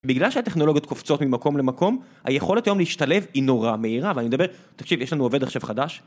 בגלל שהטכנולוגיות קופצות ממקום למקום, היכולת היום להשתלב היא נורא מהירה, ואני מדבר, תקשיב, יש לנו עובד עכשיו חדש.